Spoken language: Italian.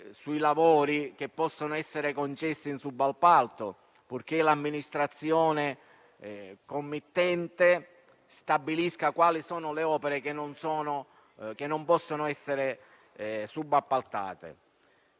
sui lavori che possono essere concessi in subappalto, purché l'amministrazione committente stabilisca quali sono le opere che non possono essere subappaltate.